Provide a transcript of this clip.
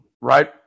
right